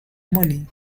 money